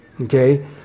okay